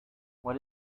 what